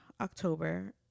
October